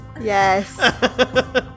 yes